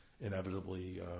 inevitably